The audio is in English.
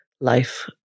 life